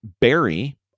Barry